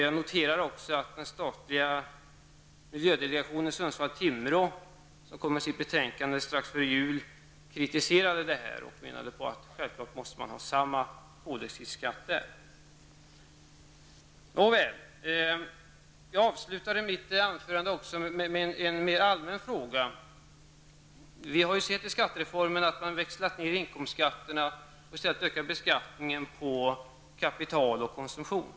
Jag noterar också att den statliga delegationen för miljöprojekt Sundsvall--Timrå, som avgav sitt betänkande strax före jul, kritiserade detta. Den menade att man självfallet måste ha samma koldioxidskatt även i detta fall. Jag avslutade mitt tidigare anförande med en mer allmän fråga. Vi har sett att man med skattereformen växlar ner inkomstskatterna och i stället ökar beskattningen på framför allt kapital och konsumtion.